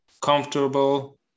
comfortable